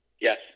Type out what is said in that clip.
Yes